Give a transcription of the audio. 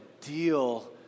deal